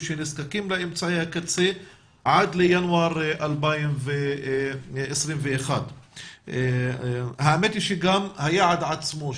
שנזקקים לאמצעי הקצה עד ינואר 2021. האמת היא שגם היעד עצמו,